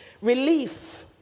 relief